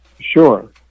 Sure